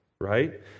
right